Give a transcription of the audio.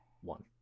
one